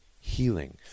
healing